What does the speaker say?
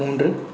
மூன்று